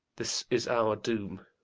this is our doom.